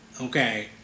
Okay